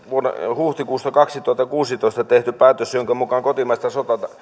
huhtikuussa kaksituhattakuusitoista tehty päätös jonka mukaan kotimaista